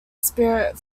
spirit